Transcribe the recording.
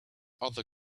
other